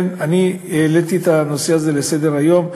אני העליתי את הנושא הזה על סדר-יום,